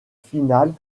finale